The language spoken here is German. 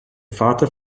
vater